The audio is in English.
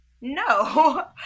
no